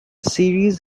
series